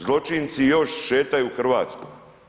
Zločinci još šetaju Hrvatskom.